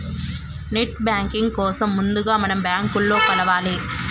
net banking కోసం ముందుగా మనం బ్యాంకులో కలవాలి